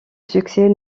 succès